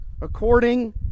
according